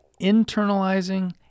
internalizing